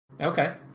Okay